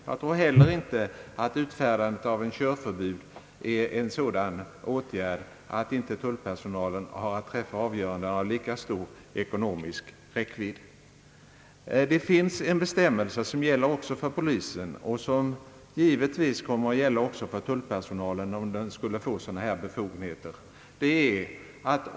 Jag tror heller inte att utfärdandet av ett körförbud är en åtgärd av större ekonomisk räckvidd än de avgöranden tullpersonalen normalt har att träffa. Det finns en bestämmelse som gäller för polisen och som givetvis skulle gälla också för tullpersonalen, om den skulle få befogenhet att utfärda körförbud.